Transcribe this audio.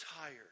tired